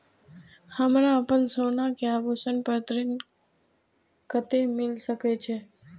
हमरा अपन सोना के आभूषण पर ऋण कते मिल सके छे?